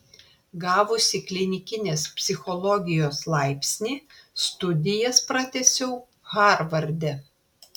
gavusi klinikinės psichologijos laipsnį studijas pratęsiau harvarde